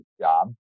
job